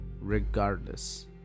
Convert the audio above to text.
regardless